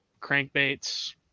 crankbaits